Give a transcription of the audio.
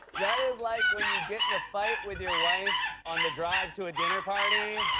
that is like when you get in a fight with your wife on the drive to a dinner party,